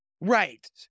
Right